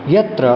यत्र